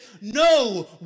No